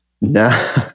No